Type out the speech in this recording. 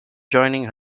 joining